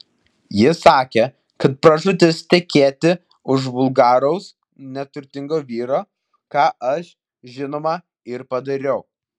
ji sakė kad pražūtis tekėti už vulgaraus neturtingo vyro ką aš žinoma ir padariau